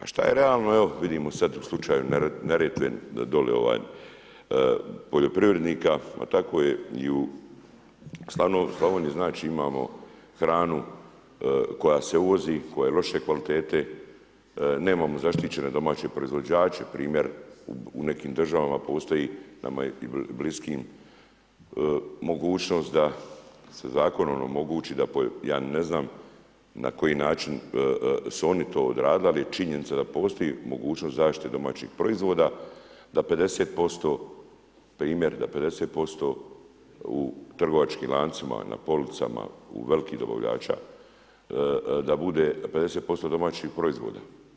A šta je realno, evo vidimo sad u slučaju Neretve dolje poljoprivrednika a tako je i u Slavoniji, znači imamo hranu koja se uvozi, koja je loše kvalitete, nemamo zaštićene domaće proizvođače primjer u nekim državama postoji, nama i bliskim mogućnost da se zakonom omogući da ja ne znam na koji način su oni to odradili ali je činjenica da postoji mogućnost zaštite domaćih proizvoda, da 50%, primjer da 50% u trgovačkim lancima, na policama, kod velikih dobavljača da bude 50% domaćih proizvoda.